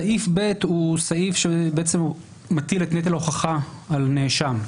סעיף ב' הוא סעיף שבעצם מטיל את נטל ההוכחה על הנאשם.